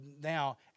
now